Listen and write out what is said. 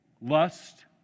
lust